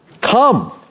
come